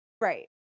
Right